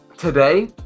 Today